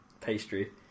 pastry